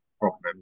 problem